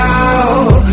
out